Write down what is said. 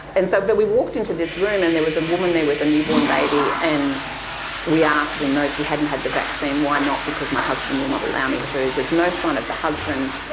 and so but we walked into this room and there was a woman there with a newborn baby, and we asked and no, she hadn't had the vaccine. why not? because my husband will not allow me there's no sign of the husband.